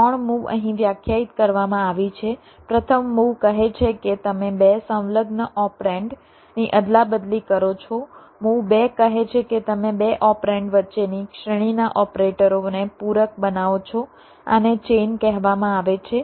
તેથી 3 મૂવ અહીં વ્યાખ્યાયિત કરવામાં આવી છે પ્રથમ મૂવ કહે છે કે તમે બે સંલગ્ન ઓપરેન્ડ ની અદલાબદલી કરો છો મૂવ બે કહે છે કે તમે બે ઓપરેન્ડ વચ્ચેની શ્રેણીના ઓપરેટરો ને પૂરક બનાવો છો આને ચેઇન કહેવામાં આવે છે